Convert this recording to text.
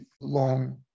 long